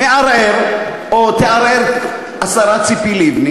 מערער או שהשרה ציפי לבני